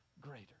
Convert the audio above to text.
greater